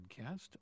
podcast